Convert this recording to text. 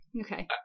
okay